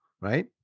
right